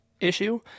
issue